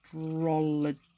astrology